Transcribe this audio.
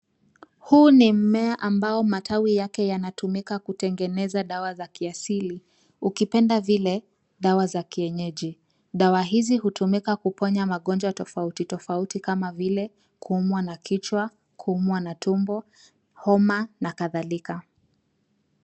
Huu ni mmea ambao matawi yake yanatumika kutengeneza dawa za kiasili ukipenda vile dawa za kienyeji. Dawa hizi hutumika kuponya magonjwa tofauti tofauti kama vile kuumwa na kichwa, kuumwa na tumbo, homa na kadhalika.